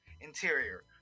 Interior